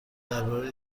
درباره